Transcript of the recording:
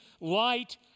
light